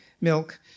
milk